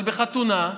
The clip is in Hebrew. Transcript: אבל בחתונה,